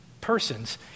persons